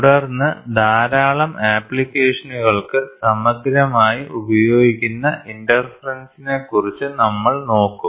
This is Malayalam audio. തുടർന്ന് ധാരാളം ആപ്ലിക്കേഷനുകൾക്ക് സമഗ്രമായി ഉപയോഗിക്കുന്ന ഇന്റർഫെറെൻസിനെക്കുറിച്ച് നമ്മൾ നോക്കും